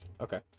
Okay